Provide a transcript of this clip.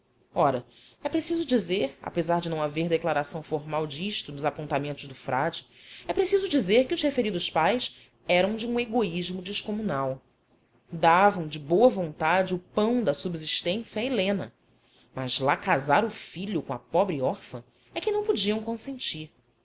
ora é preciso dizer apesar de não haver declaração formal disto nos apontamentos do frade é preciso dizer que os referidos pais eram de um egoísmo descomunal davam de boa vontade o pão da subsistência a helena mas lá casar o filho com a pobre órfã é que não podiam consentir